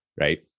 right